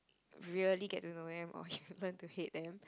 really get to know them or you learn to hate them